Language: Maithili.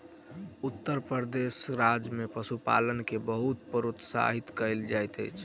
उत्तर प्रदेश राज्य में पशुपालन के बहुत प्रोत्साहित कयल जाइत अछि